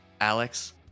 Alex